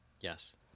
Yes